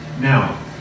Now